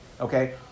okay